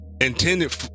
intended